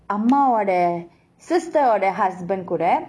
அம்மாவோட:ammaavoda sister or the husband கூட:kuda